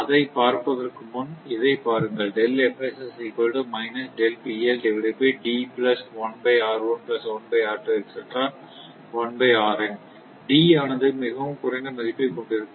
அதை பார்ப்பதற்கு முன் இதை பாருங்கள் D ஆனது மிகவும் குறைந்த மதிப்பை கொண்டிருக்கும்